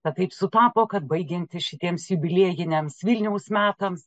va taip sutapo kad baigiantis šitiems jubiliejiniams vilniaus metams